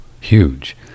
Huge